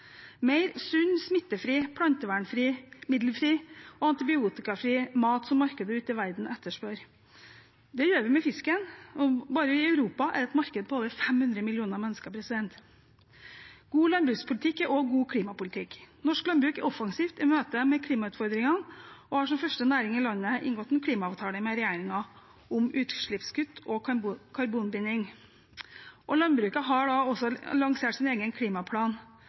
mer sunn, smittefri, plantemiddelfri og antibiotikafri mat, som markedet ute i verden etterspør. Det gjør vi med fisken, og bare i Europa er det et marked på over 500 millioner mennesker. God landbrukspolitikk er også god klimapolitikk. Norsk landbruk er offensivt i møte med klimautfordringene og har som første næring i landet inngått en klimaavtale med regjeringen om utslippskutt og karbonbinding. Landbruket har lansert sin egen klimaplan